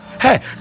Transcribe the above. hey